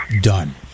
done